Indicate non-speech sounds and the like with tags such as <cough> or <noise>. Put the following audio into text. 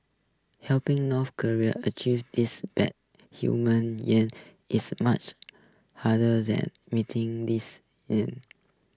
helping North Koreans achieve this bad human yearning is much harder than meeting this <unintelligible>